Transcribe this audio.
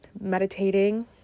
meditating